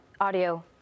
audio